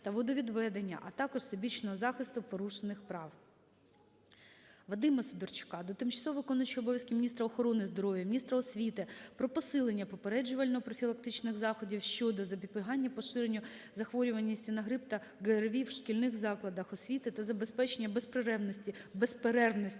Вадима Сидорчука до тимчасово виконуючої обов'язки міністра охорони здоров'я, міністра освіти про посилення попереджувально-профілактичних заходів щодо запобігання і поширенню захворюваності на грип та ГРВІ у шкільних закладах освіти та забезпечення безперервності